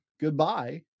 Goodbye